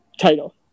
title